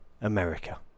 America